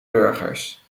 burgers